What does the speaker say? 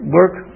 work